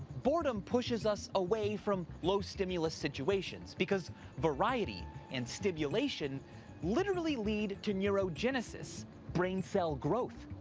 boredom pushes us away from low-stimulus situations because variety and stimulation literally lead to neurogenesis brain-cell growth.